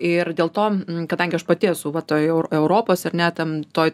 ir dėl to kadangi aš pati esu va toj europos ar ne tam toj